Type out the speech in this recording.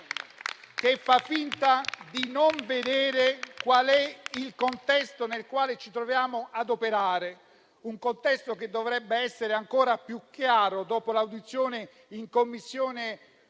che fa finta di non vedere il contesto nel quale ci troviamo ad operare, che dovrebbe essere ancora più chiaro dopo l'audizione in Commissione